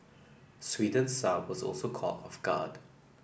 Sweden's Saab was also caught off guard